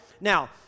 Now